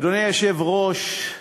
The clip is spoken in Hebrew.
אדוני היושב-ראש,